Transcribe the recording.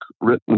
written